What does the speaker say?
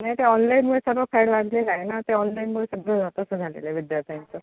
नाही ते ऑनलाईनमुळे सगळं फॅड वाढलेलं आहे ना ते ऑनलाईनमुळे सगळं तसं झालेलं आहे विद्यार्थ्यांचं